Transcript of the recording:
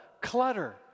clutter